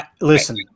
listen